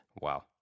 Wow